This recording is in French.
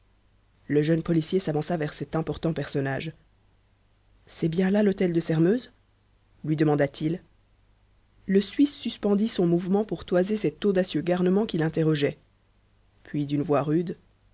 le jeune policier s'avança vers cet important personnage c'est bien là l'hôtel de sairmeuse lui demanda-t-il le suisse suspendit son mouvement pour toiser cet audacieux garnement qui l'interrogeait puis d'une voix rude